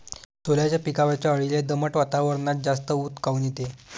सोल्याच्या पिकावरच्या अळीले दमट वातावरनात जास्त ऊत काऊन येते?